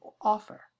offer